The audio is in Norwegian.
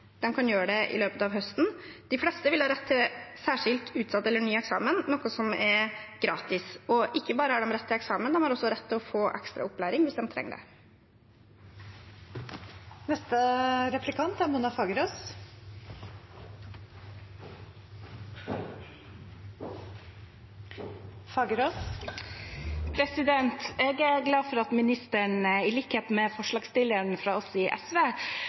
kan gjøre det i løpet av høsten. De fleste vil ha rett til særskilt, utsatt eller ny eksamen, noe som er gratis. Ikke bare har de rett til eksamen, de har også rett til å få ekstra opplæring hvis de trenger det. Jeg er glad for at ministeren, i likhet med forslagsstilleren fra oss i SV,